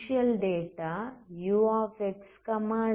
initial data ux0f ஆகும்